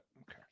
Okay